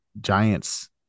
giants